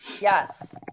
yes